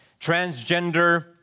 transgender